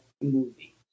movie